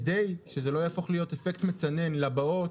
כדי שזה לא יכול להפוך אפקט מצנן לבאות,